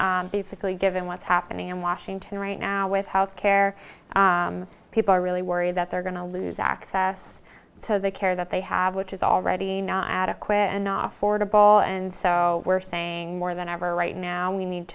calling basically given what's happening in washington right now with health care people are really worried that they're going to lose access to the care that they have which is already not adequate enough for the ball and so we're saying more than ever right now we need